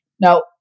Now